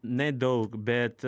nedaug bet